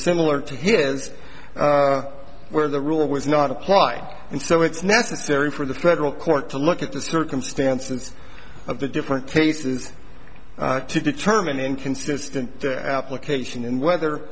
similar to his where the rule was not apply and so it's necessary for the federal court to look at the circumstances of the different cases to determine in consistent application and whether